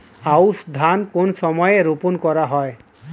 আউশ ধান কোন সময়ে রোপন করা হয়?